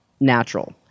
natural